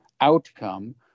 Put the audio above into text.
outcome